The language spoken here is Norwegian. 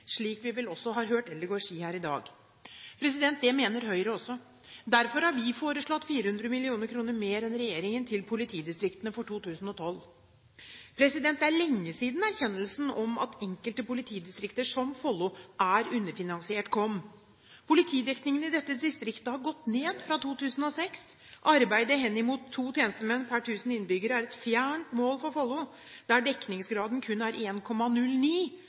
også hørt Eldegard si her i dag. Det mener Høyre også. Derfor har vi foreslått 400 mill. kr mer enn regjeringen til politidistriktene for 2012. Det er lenge siden erkjennelsen kom om at enkelte politidistrikter, som Follo, er underfinansiert. Politidekningen i dette distriktet har gått ned fra 2006. Arbeidet henimot to tjenestemenn per 1 000 innbyggere er et fjernt mål for Follo, der dekningsgraden kun er